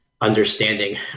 understanding